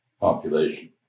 population